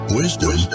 wisdom